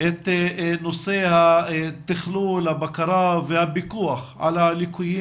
את נושא התכלול, הבקרה והפיקוח על הליקויים